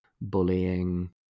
bullying